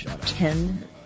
Ten